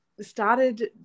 started